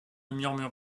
murmure